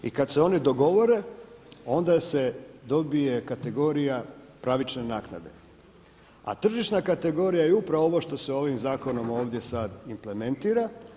I kad se oni dogovore onda se dobije kategorija pravične naknade, a tržišna kategorija je upravo ovo što se ovim zakonom ovdje sad implementira.